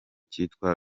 cyitwa